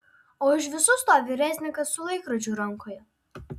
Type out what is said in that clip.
o už visų stovi reznikas su laikrodžiu rankoje